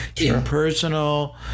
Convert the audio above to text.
impersonal